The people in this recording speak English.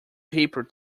paper